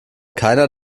keiner